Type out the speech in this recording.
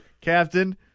Captain